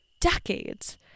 decades